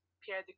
pierre